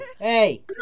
hey